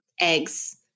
eggs